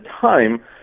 time